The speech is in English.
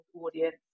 audience